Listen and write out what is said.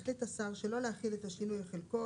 החליט השר שלא להחיל את השינוי או חלקו,